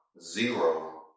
zero